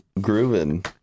grooving